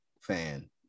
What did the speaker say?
fan